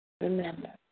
Remember